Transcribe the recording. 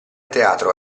teatro